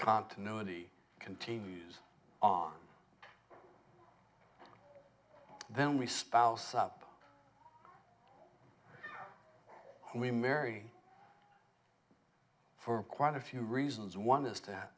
continuity continues on then we spouses up and we marry for quite a few reasons one is to